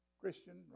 Christian